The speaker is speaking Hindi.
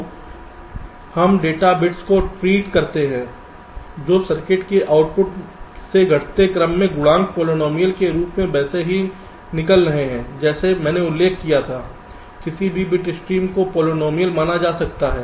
तो हम डेटा बिट्स को ट्रीट करते हैं जो सर्किट के आउटपुट से घटते क्रम में गुणांक पॉलिनॉमियल के रूप में वैसे ही निकल रहे हैं जैसा मैंने उल्लेख किया था किसी भी बिट स्ट्रीम को एक पॉलिनॉमियल माना जा सकता है